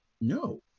No